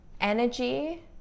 energy